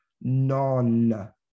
non